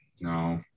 no